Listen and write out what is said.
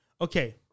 Okay